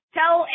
tell